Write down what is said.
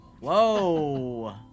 whoa